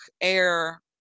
air